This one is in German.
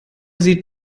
sieht